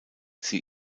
sie